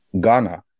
Ghana